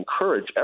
encourage